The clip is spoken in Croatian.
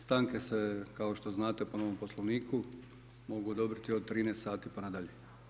Stanke se kao što znate po novom Poslovniku mogu odobriti od 13 sati pa na dalje.